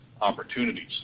opportunities